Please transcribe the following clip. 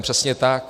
Přesně tak.